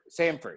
Samford